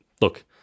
look